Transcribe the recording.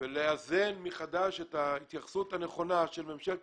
ולאזן מחדש את ההתייחסות הנכונה של ממשלת